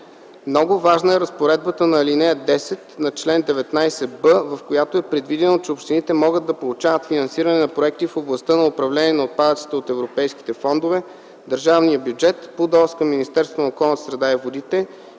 Много важна е и разпоредбата на ал. 10 на чл. 19б, в която е предвидено, че общините могат да получават финансиране на проекти в областта на управление на отпадъците от европейските фондове, държавния бюджет, ПУДООС към Министерството на околната среда и водите